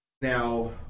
Now